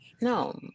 No